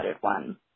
one